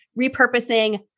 repurposing